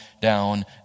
down